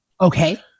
Okay